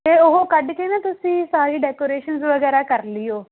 ਇਹ ਉਹ ਕੱਢ ਕੇ ਨਾ ਤੁਸੀਂ ਸਾਰੀ ਡੈਕੋਰੇਸ਼ਨਸ ਵਗੈਰਾ ਕਰ ਲਈਓ